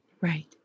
Right